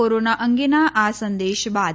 corona અંગેના આ સંદેશ બાદ